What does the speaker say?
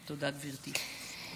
תודה, גברתי.